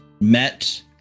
met